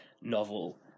novel